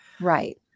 right